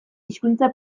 hizkuntza